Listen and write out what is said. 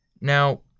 Now